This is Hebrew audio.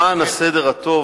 למען הסדר הטוב,